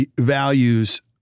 values